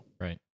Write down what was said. right